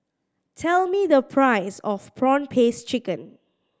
tell me the price of prawn paste chicken